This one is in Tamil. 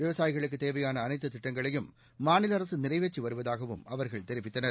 விவசாயிகளுக்குத் தேவையான அளைத்து திட்டங்களையும் மாநில அரசு நிறைவேற்றி வருவதாகவும் அவர்கள் தெரிவித்தனர்